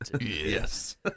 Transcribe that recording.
Yes